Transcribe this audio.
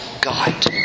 God